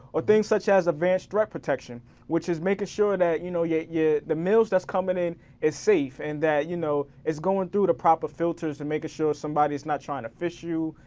or things such as advance threat protection which is making sure that you know yeah yeah the mails that's coming in is safe and that you know it's going through the proper filters and making sure somebody is not trying to phish you,